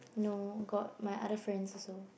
no got my other friends also